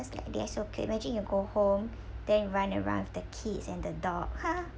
it's like that's okay imagine you go home then run around with the kids and the dog